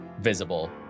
visible